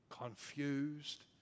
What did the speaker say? confused